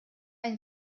ein